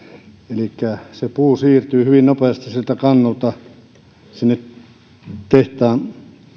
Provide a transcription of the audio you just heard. elikkä se puu siirtyy hyvin nopeasti sieltä kannolta sinne tehtaan